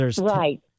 Right